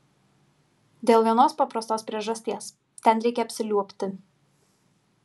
dėl vienos paprastos priežasties ten reikia apsiliuobti